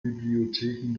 bibliotheken